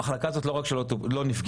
המחלקה הזאת לא רק שלא נפגעה,